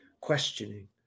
questioning